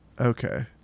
Okay